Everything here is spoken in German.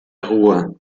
ruhr